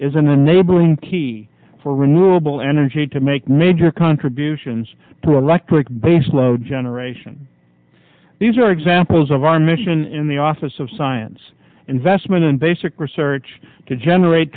an enabling key for renewable energy to make major contributions to electric baseload generation these are examples of our mission in the office of science investment in basic research to generate